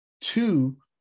Two